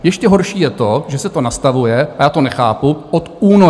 Ještě horší je to, že se to nastavuje, a já to nechápu, od února.